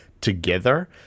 together